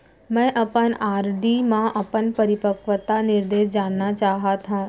मै अपन आर.डी मा अपन परिपक्वता निर्देश जानना चाहात हव